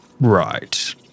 Right